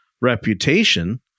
reputation